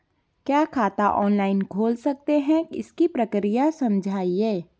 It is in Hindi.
क्या खाता ऑनलाइन खोल सकते हैं इसकी प्रक्रिया समझाइए?